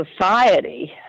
society